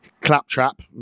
Claptrap